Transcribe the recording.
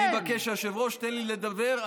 אני מבקש, היושב-ראש, תן לי לדבר.